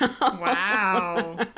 Wow